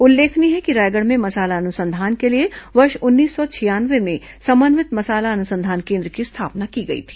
उल्लेखनीय है कि रायगढ़ में मसाला अनुसंधान के लिए वर्ष उन्नीस सौ छियानवे में समन्वित मसाला अनुसंधान केन्द्र की स्थापना की गई थी